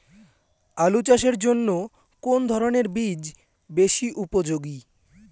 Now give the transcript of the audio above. আলু চাষের জন্য কোন ধরণের বীজ বেশি উপযোগী?